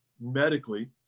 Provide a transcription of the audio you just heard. medically